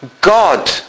God